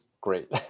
great